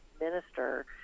minister